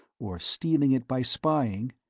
or stealing it by spying,